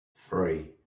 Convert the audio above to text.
three